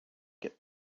get